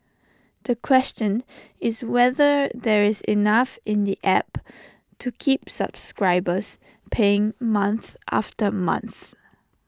the question is whether there is enough in the app to keep subscribers paying month after month